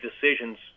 decisions